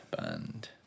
Band